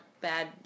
bad